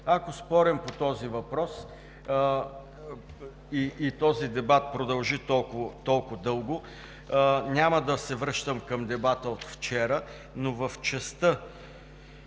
Ако спорим по този въпрос и този дебат продължи толкова дълго, няма да се връщам към дебата от вчера, но в частта